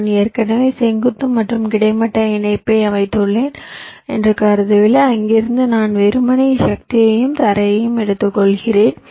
நான் ஏற்கனவே செங்குத்து மற்றும் கிடைமட்ட இணைப்பை அமைத்துள்ளேன் என்று கருதவில்லை அங்கிருந்து நான் வெறுமனே சக்தியையும் தரையையும் எடுத்துக்கொள்கிறேன்